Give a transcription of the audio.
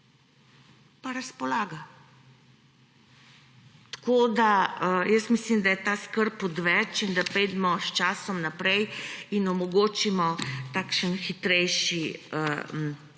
Pa razpolaga! Tako mislim, da je ta skrb odveč in da pojdimo s časom naprej in omogočimo takšen hitrejši način.